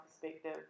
perspective